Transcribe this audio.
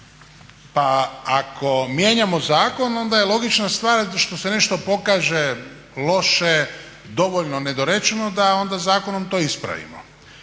Pa ako mijenjamo zakon onda je logična stvar kada se nešto pokaže loše, dovoljno nedorečeno da onda zakonom to ispravimo.